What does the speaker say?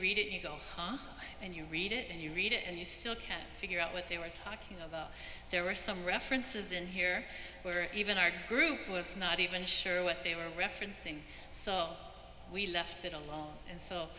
read it you go and you read it and you read it and you still can't figure out what they were talking about there were some references in here where even our group was not even sure what they were referencing so we left it alone and so